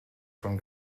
von